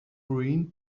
ruined